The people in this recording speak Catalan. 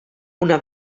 una